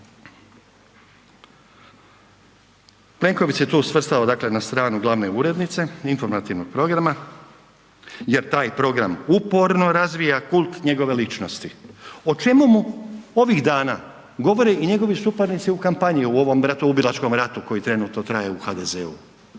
Plenković se tu svrstao na stranu glavne urednice Informativnog programa jer taj program uporno razvija kult njegove ličnosti o čemu mu ovih dana govore i njegovi suparnici u kampanji u ovom bratoubilačkom ratu koji trenutno traje u HDZ-u.